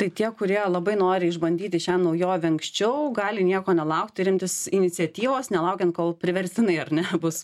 tai tie kurie labai nori išbandyti šią naujovę anksčiau gali nieko nelaukti ir imtis iniciatyvos nelaukiant kol priverstinai ar ne bus